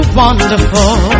wonderful